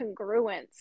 congruence